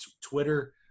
Twitter